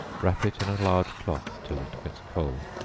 wrap it in a large cloth till it gets cold.